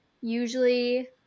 Usually